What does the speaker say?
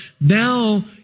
Now